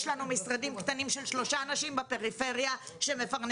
יש לנו משרדים קטנים של שלושה אנשים בפריפריה שמפרנסים